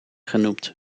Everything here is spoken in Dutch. genoemd